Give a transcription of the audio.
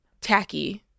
tacky